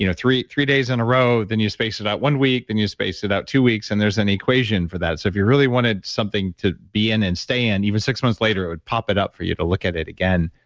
you know three three days in a row, then you space it out one week, then you space it out two weeks, and there's an equation for that. so if you really wanted to be in and stay in even six months later, it would pop it up for you to look at it again.